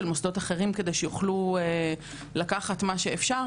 מוסדות אחרים כדי שיוכלו לקחת מה שאפשר.